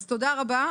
אז תודה רבה.